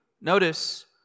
Notice